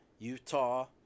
Utah